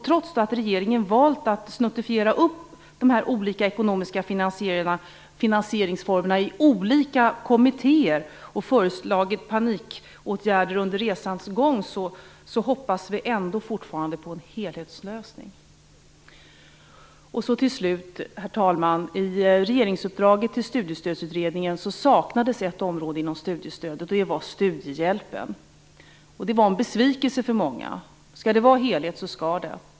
Trots att regeringen valt att snuttifiera de olika ekonomiska finansieringsformerna i flera olika kommittéer och föreslagit panikåtgärder under resans gång, hoppas vi ändå fortfarande på en helhetslösning. Till slut vill jag, herr talman, nämna att det i regeringsuppdraget till Studiestödsutredningen saknades ett område inom studiestödet, nämligen studiehjälpen. Det var en besvikelse för många. Skall det vara helhet så skall det.